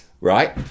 right